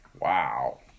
wow